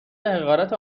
حقارت